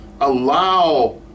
Allow